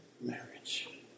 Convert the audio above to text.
marriage